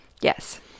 Yes